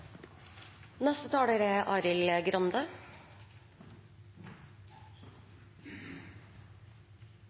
Neste taler er